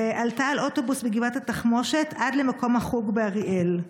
ועלתה על אוטובוס מגבעת התחמושת עד למקום החוג באריאל.